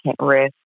risk